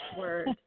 word